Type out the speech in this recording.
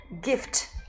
gift